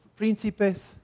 príncipes